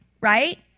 right